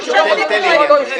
גם הם מתנגדים להרבה דברים.